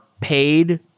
paid